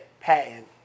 patent